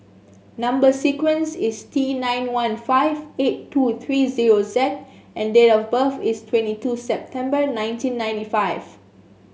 number sequence is T nine one five eight two three zero Z and date of birth is twenty two September nineteen ninety five